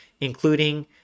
including